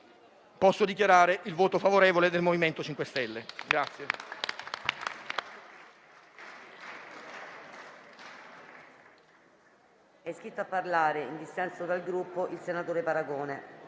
posso dichiarare il voto favorevole del MoVimento 5 Stelle.